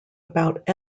about